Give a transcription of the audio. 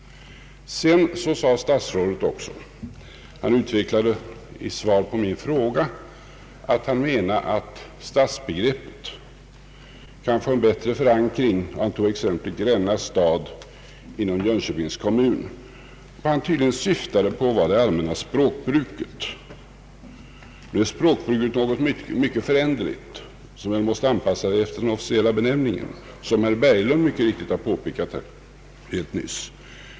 Statsrådet sade vidare i ett svar på min fråga att han menade att stadsbegreppet kan få en bättre förankring. Som exempel tog han Gränna stad inom Jönköpings kommun. Vad han syftade på var tydligen det allmänna språkbruket. Nu är språkbruket någonting mycket föränderligt, och man måste anpassa det efter den officiella benämningen, som herr Berglund mycket riktigt här har påpekat.